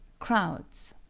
crowds.